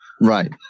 Right